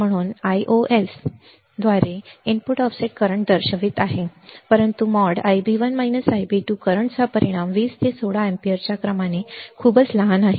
म्हणून मी Iios द्वारे इनपुट ऑफसेट करंट दर्शवित आहे काहीही नाही परंतु । Ib1 Ib2 । करंट चा परिमाण 20 ते 16 अँपिअरच्या क्रमाने खूपच लहान आहे